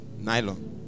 nylon